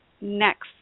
next